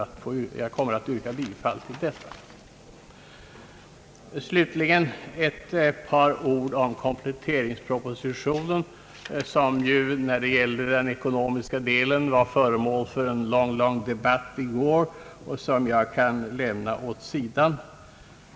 Jag kommer att yrka bifall till denna reservation. Slutligen ett par ord om kompletteringspropositionen, som ju beträffande den ekonomiska delen var föremål för en mycket lång debatt i går.